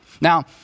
Now